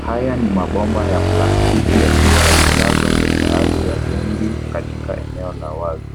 Haya ni mabomba ya plastiki yakiwa yamelazwa kwenye ardhi ya vumbi katika eneo la wazi.